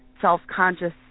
self-conscious